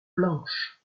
blanches